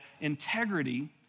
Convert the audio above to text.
integrity